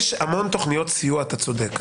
יש המון תכניות סיוע, אתה צודק.